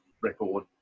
record